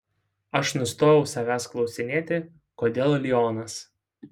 aš nustojau savęs klausinėti kodėl lionas